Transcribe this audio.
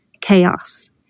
chaos